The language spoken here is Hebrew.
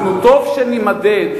טוב שנימדד,